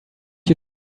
you